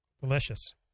Delicious